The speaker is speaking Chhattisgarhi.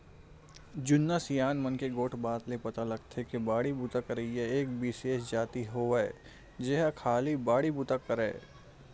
जुन्ना सियान मन के गोठ बात ले पता लगथे के बाड़ी बूता करइया एक बिसेस जाति होवय जेहा खाली बाड़ी बुता करय